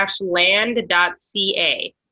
land.ca